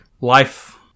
life